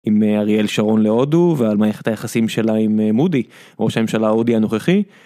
עם אריאל שרון להודו ועל מערכת היחסים שלה עם מודי, ראש הממשלה הודי הנוכחי.